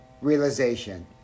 Realization